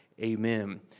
Amen